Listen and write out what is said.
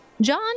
John